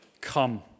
come